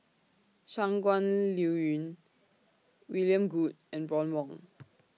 Shangguan Liuyun William Goode and Ron Wong